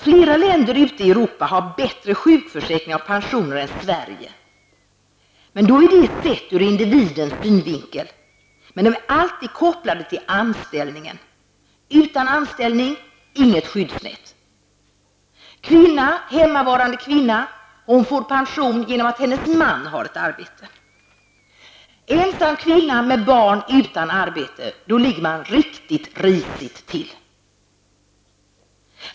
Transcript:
Flera länder ute i Europa har dock bättre sjukförsäkringar och pensioner än Sverige. Det är sett ur individens synvinkel. Allt är dock kopplat till anställningen -- utan anställning inget skyddsnät. En hemmavarande kvinna får pension genom att hennes man har ett arbete. En ensam kvinna med barn utan arbete ligger riktigt risigt till.